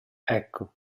ecco